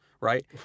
right